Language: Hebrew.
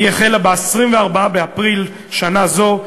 היא החלה ב-24 באפריל שנה זו,